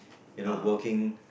you know working